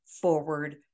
forward